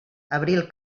abril